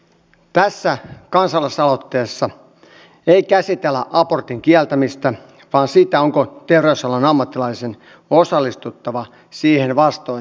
tässä kansalaisaloitteessa ei käsitellä abortin kieltämistä vaan sitä onko terveysalan ammattilaisen osallistuttava siihen vastoin tahtoaan